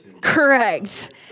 Correct